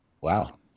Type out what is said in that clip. Wow